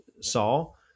Saul